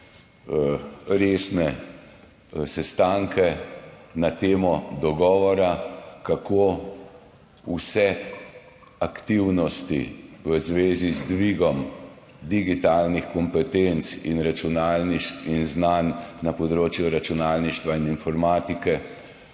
resne sestanke na temo dogovora, kako vse aktivnosti v zvezi z dvigom digitalnih kompetenc in znanj na področju računalništva in informatike